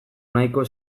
nahiko